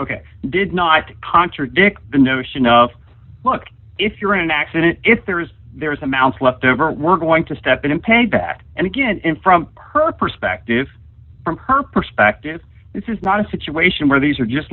ok did not contradict the notion of look if you're in an accident if there is there is a mouse left over we're going to step in and pay back and again and from her perspective from her perspective this is not a situation where these are just